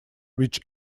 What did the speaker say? which